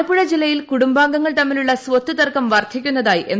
ആലപ്പുഴ ജില്ലയിൽ കുടുംബാംഗങ്ങൾ തമ്മിലുള്ള സ്വത്തുതർക്കം വർദ്ധിക്കുന്നതായി എം